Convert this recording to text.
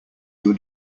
your